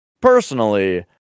personally